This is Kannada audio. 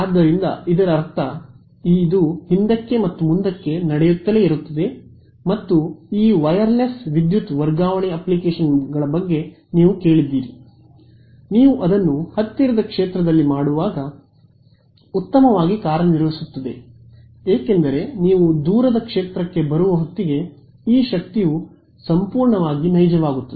ಆದ್ದರಿಂದ ಇದರರ್ಥ ಇದು ಹಿಂದಕ್ಕೆ ಮತ್ತು ಮುಂದಕ್ಕೆ ನಡೆಯುತ್ತಲೇ ಇರುತ್ತದೆ ಮತ್ತು ಈ ವೈರ್ಲೆಸ್ ವಿದ್ಯುತ್ ವರ್ಗಾವಣೆ ಅಪ್ಲಿಕೇಶನ್ಗಳ ಬಗ್ಗೆ ನೀವು ಕೇಳಿದ್ದೀರಿ ನೀವು ಅದನ್ನು ಹತ್ತಿರದ ಕ್ಷೇತ್ರದಲ್ಲಿ ಮಾಡುವಾಗ ಉತ್ತಮವಾಗಿ ಕಾರ್ಯನಿರ್ವಹಿಸುತ್ತದೆ ಏಕೆಂದರೆ ನೀವು ದೂರದ ಕ್ಷೇತ್ರಕ್ಕೆ ಬರುವ ಹೊತ್ತಿಗೆ ಈ ಶಕ್ತಿಯು ಸಂಪೂರ್ಣವಾಗಿ ನೈಜವಾಗುತ್ತದೆ